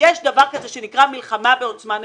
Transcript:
יש דבר כזה שנקרא מלחמה בעוצמה נמוכה.